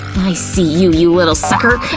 i see you, you little sucker! ow!